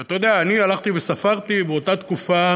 כי אתה יודע, אני הלכתי וספרתי: באותה תקופה